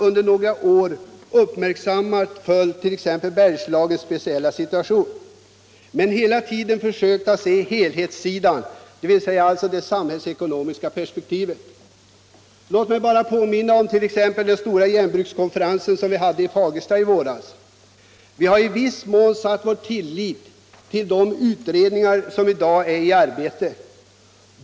under några år uppmärksamt följt t.ex. Bergslagens speciella situation men hela tiden försökt att se helthetsbilden, dvs. det samhällsekonomiska perspektivet. Låt mig bara påminna om t.ex. den stora järnbrukskonferensen i Fagersta i våras. Vi har i viss mån satt vår lit till de utredningar som i dag är 1i arbete.